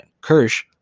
Kirsch